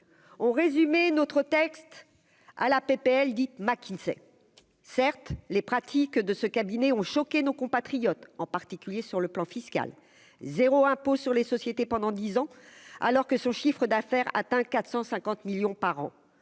ont résumé notre texte à la PPL dites McKinsey certes les pratiques de ce cabinet ont choqué nos compatriotes en particulier sur le plan fiscal 0 impôt sur les sociétés pendant 10 ans, alors que son chiffre d'affaires atteint 450 millions par an,